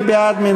מי בעד?